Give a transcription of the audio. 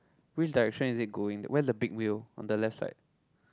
which direction is it going where the big wheel on the left side